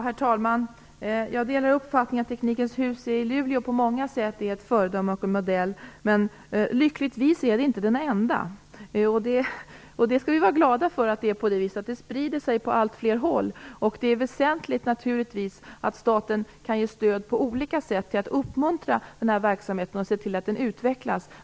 Herr talman! Jag delar uppfattningen att Teknikens hus i Luleå på många sätt är ett föredöme och en modell. Men lyckligtvis är det inte den enda modellen, och vi skall vara glada för att det sprider sig till allt flera håll. Det är naturligtvis väsentligt att staten ger stöd på olika sätt för att uppmuntra verksamheten och se till att den utvecklas.